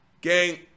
gang